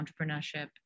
entrepreneurship